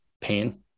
pain